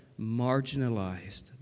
marginalized